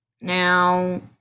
Now